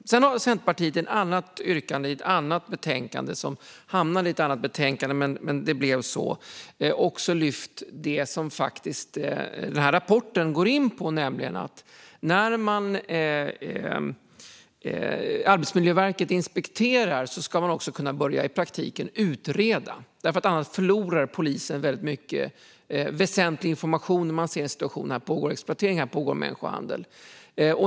Detta har Centerpartiet med flera och även regeringen drivit. Centerpartiet har i ett annat yrkande som hamnade i ett annat betänkande också lyft upp det som denna rapport går in på. När Arbetsmiljöverket inspekterar ska man också kunna börja utreda, för annars förlorar polisen mycket väsentlig information om det pågår exploatering eller människohandel.